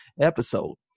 episode